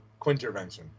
Quintervention